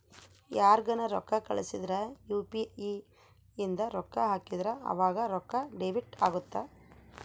ಯಾರ್ಗನ ರೊಕ್ಕ ಕಳ್ಸಿದ್ರ ಯು.ಪಿ.ಇ ಇಂದ ರೊಕ್ಕ ಹಾಕಿದ್ರ ಆವಾಗ ರೊಕ್ಕ ಡೆಬಿಟ್ ಅಗುತ್ತ